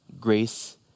grace